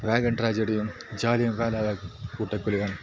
wagon ട്രാജഡിയും ജാലിയൻ വാലാബാഗ് കൂട്ടക്കൊലയും